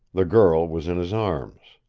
the girl was in his arms.